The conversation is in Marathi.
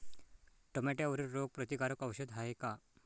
टमाट्यावरील रोग प्रतीकारक औषध हाये का?